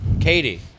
Katie